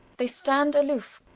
they stand aloofe.